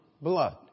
blood